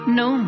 no